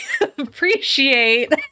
appreciate